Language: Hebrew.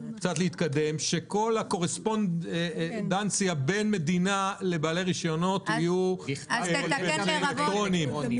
שכל הקורספונדנציה בין המדינה לבעלי רישיונות תהיה בדואר אלקטרוני.